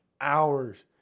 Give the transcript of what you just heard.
hours